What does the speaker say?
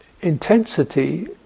intensity